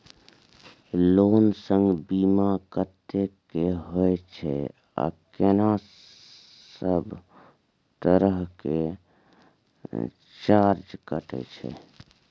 Loan संग बीमा कत्ते के होय छै आ केना सब तरह के चार्ज कटै छै?